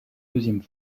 deuxième